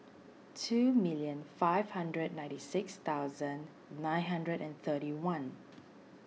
two million five hundred ninety six thousand nine hundred and thirty one